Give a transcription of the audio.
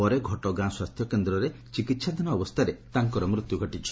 ପରେ ଘଟଗାଁ ସ୍ୱାସ୍ସ୍ୟକେନ୍ଦ୍ରରେ ଚିକିହାଧୀନ ଅବସ୍ତାରେ ତାଙ୍କର ମୃତ୍ୟୁ ହୋଇଛି